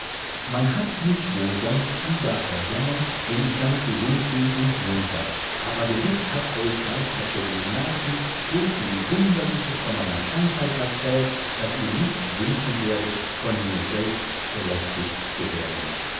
man hat mich wohl sonst überall gern wenn ich ganz gesund bin und munter aber gewiß hat euch meister celionati so viel wunderliches von meiner krankheit erzählt daß ihr nicht wünschen werdet von mir selbst belästigt zu werden